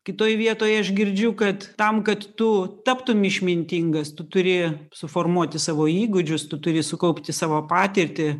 kitoj vietoj aš girdžiu kad tam kad tu taptum išmintingas tu turi suformuoti savo įgūdžius tu turi sukaupti savo patirtį